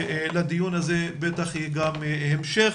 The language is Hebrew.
לדיון הזה בטח יהיה המשך.